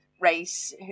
race